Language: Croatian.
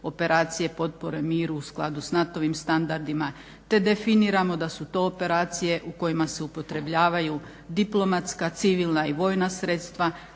operacije potpore miru u skladu s NATO-ovim standardima te definiramo da su to operacije u kojima se upotrebljavaju diplomatska, civilna i vojna sredstva